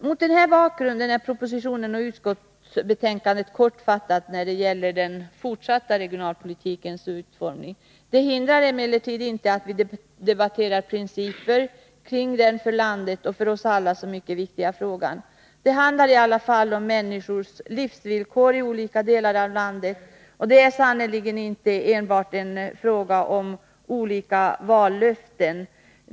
Mot den här bakgrunden är propositionen och utskottsbetänkandet kortfattade när det gäller den fortsatta regionalpolitikens utformning. Det hindrar emellertid inte att vi debatterar principer kring den för landet och för oss alla mycket viktiga frågan. Det handlar i alla fall om människors livsvillkor i olika delar av landet, och det är sannerligen inte enbart en fråga om vallöften.